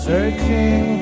Searching